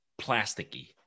Plasticky